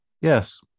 Yes